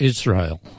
Israel